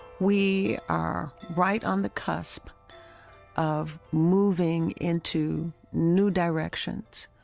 we are right on the cusp of moving into new directions.